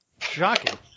Shocking